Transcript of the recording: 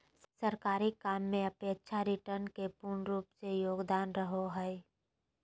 सरकारी काम मे सापेक्ष रिटर्न के पूर्ण रूप से योगदान रहो हय